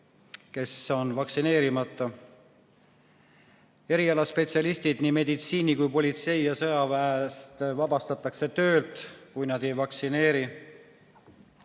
kes on vaktsineerimata. Erialaspetsialistid, nii meditsiini kui ka politsei ja sõjaväe omad, vabastatakse töölt, kui nad ei lase